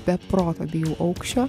be proto bijau aukščio